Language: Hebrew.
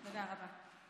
תודה רבה.